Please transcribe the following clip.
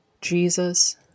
Jesus